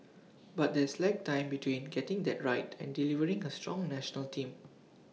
but there's lag time between getting that right and delivering A strong National Team